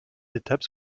étapes